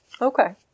Okay